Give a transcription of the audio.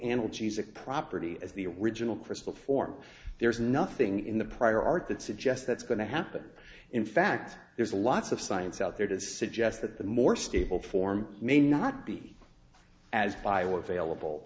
analgesic property as the original crystal form there's nothing in the prior art that suggests that's going to happen in fact there's lots of science out there to suggest that the more stable form may not be as bioavailable